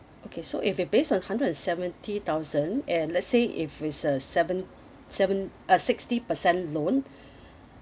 okay so if it based on hundred and seventy thousand and let's say if it's a seven seven uh sixty per cent loan